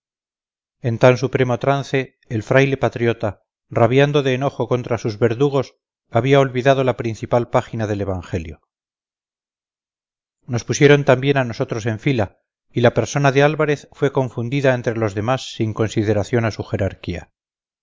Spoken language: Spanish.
en tan supremo trance el fraile patriota rabiando de enojo contra sus verdugos había olvidado la principal página del evangelio nos pusieron también a nosotros en fila y la persona de álvarez fue confundida entre los demás sin consideración a su jerarquía